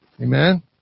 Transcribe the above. Amen